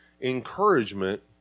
encouragement